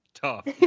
tough